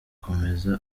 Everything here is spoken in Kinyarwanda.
akomeza